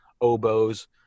oboes